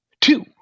Two